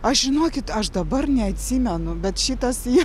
aš žinokit aš dabar neatsimenu bet šitas jo